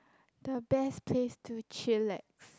the best place to chillax